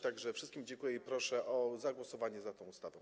Tak że wszystkim dziękuję i proszę o zagłosowanie za tą ustawą.